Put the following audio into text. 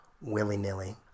willy-nilly